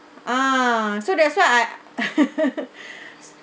ah so that's why I